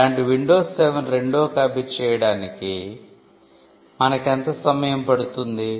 అలాంటి విండోస్ 7 రెండో కాపీ చేయడానికి మనకెంత సమయం పడుతుంది